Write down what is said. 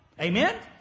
Amen